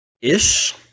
Ish